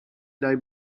dai